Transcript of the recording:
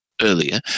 earlier